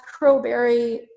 crowberry